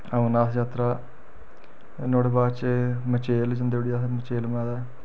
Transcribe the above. अमरनाथ जात्तरा नुआढ़े बाद च मचेल जंदे उठी अस मचेल माता